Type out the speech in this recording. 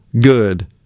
Good